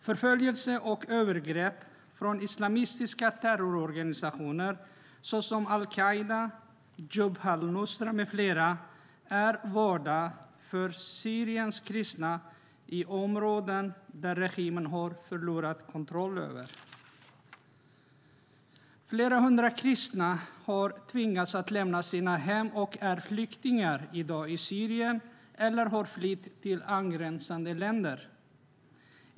Förföljelse och övergrepp från islamistiska terrororganisationer som al-Qaida, Jabhat al-Nusra med flera är vardag för Syriens kristna i områden som regimen har förlorat kontrollen över. Flera hundra kristna har tvingats att lämna sina hem och är i dag flyktingar i Syrien eller har flytt till angränsande länder.